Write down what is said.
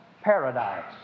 paradise